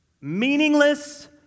Meaningless